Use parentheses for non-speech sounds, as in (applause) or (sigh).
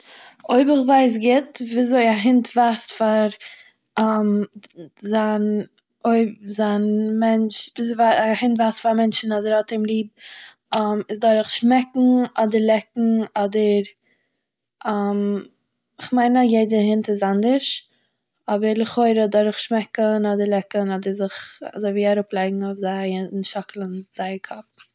אויב איך ווייס גוט וויזוי א הונט ווייזט פאר (hesitation) זיין (hesitation) אויב (hesitation) זיין מענטש... א הונט ווייזט פאר מענטשען אז ער האט אים ליב (hesitation) איז דורך שמעקן אדער לעקן אדער.. (hesitation) כ'מיין אז יעדער הונט איז אנדערש אבער לכאורה דורך שמעקן אדער לעקן אדער זיך אזוי ווי אראפלייגן אויף זיי און שאקלן זייער קאפ.